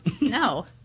No